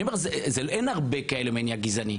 אין הרבה כאלה מניע גזעני,